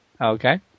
Okay